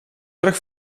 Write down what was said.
terug